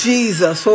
Jesus